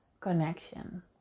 connection